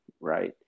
right